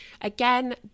Again